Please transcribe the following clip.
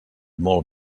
molt